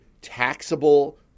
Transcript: taxable